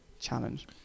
challenge